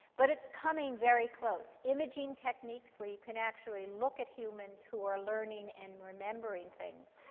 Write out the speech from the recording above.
but it's coming very close. imaging techniques where you can actually look at humans who are learning and remembering things